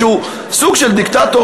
שהוא סוג של דיקטטור,